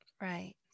right